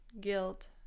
guilt